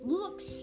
looks